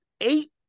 Eight